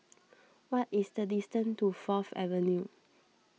what is the distance to Fourth Avenue